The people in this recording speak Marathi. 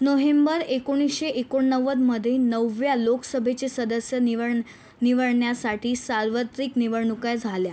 नोहेंबर एकोणीसशे एकोणनव्वदमध्ये नवव्या लोकसभेचे सदस्य निवळन् निवडण्यासाठी सार्वत्रिक निवडणुका झाल्या